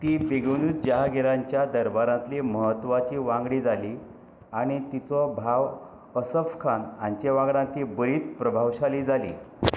ती बेगीनूच जहांगीराच्या दरबारांतली म्हत्वाची वांगडी जाली आनी तिचो भाव असफखान हाचेवांगडा ती बरींच प्रभावशाली जाली